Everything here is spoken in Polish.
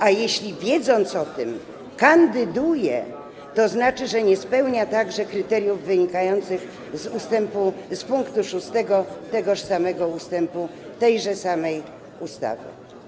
A jeśli wiedząc o tym, kandyduje, to znaczy, że nie spełnia także kryteriów wynikających z pkt 6 tegoż samego ustępu tejże samej ustawy.